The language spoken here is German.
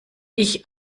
ich